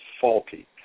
faulty